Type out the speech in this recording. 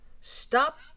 Stop